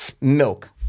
Milk